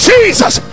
Jesus